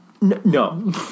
No